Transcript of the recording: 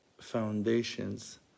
foundations